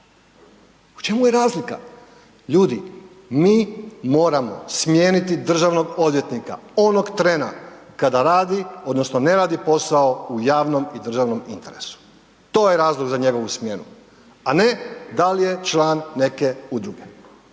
U čemu je razlika? Ljudi, mi moramo smijeniti državnog odvjetnika onog trena kada radi odnosno ne radi posao u javnom i državnom interesu. To je razlog za njegovu smjenu a ne dal je član neke udruge.